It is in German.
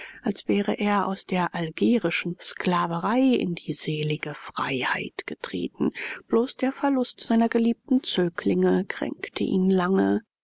als wäre er aus der algerischen sklaverei in die selige freiheit getreten bloß der verlust seiner geliebten zöglinge kränkte ihn lange